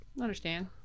understand